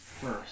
First